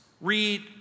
read